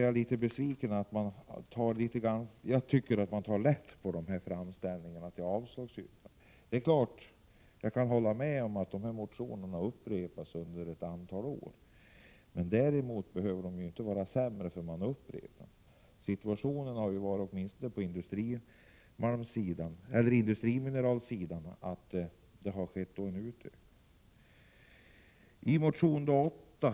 Jag är besviken, och jag tycker att man tar lätt på saken i utskottets framställning där man motiverar avstyrkande av vpk-motionen. Jag kan hålla med om att dessa motioner har upprepats under ett antal år. Men de behöver inte vara sämre för att de upprepas. Det har, åtminstone på industrimineralsidan, skett en utökning.